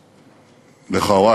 לכאורה,